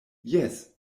jes